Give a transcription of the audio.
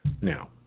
Now